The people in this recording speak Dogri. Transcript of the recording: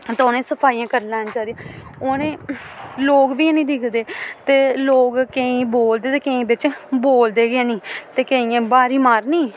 ते उ'नेंगी सफाइयां करी लैना चाहिदियां उ'नेंगी लोग बी निं दिखदे ते लोग केईं बोलदे ते केईं बिच्च बोलदे गै निं ते केइयें ब्हारी मारनी